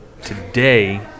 Today